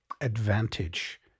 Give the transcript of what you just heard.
advantage